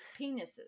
penises